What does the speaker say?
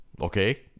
okay